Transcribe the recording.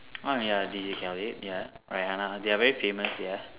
oh ya DJ Khaled ya Rihanna they are very famous ya